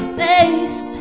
face